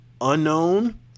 Unknown